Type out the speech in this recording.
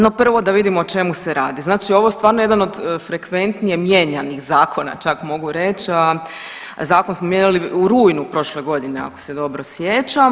No prvo da vidimo o čemu se radi, znači ovo je stvarno jedan od frekventnije mijenjanih zakona, čak mogu reći, a zakon smo mijenjali u rujnu prošle godine ako se dobro sjećam.